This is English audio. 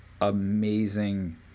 amazing